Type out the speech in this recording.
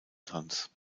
tanz